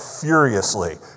furiously